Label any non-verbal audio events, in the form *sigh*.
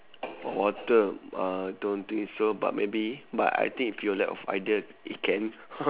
water uh don't think so but maybe but I think if you lack of idea it can *laughs*